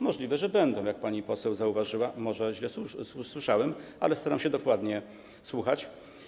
Możliwe, że będą, jak pani poseł zauważyła, może źle słyszałem, ale staram się dokładnie słuchać.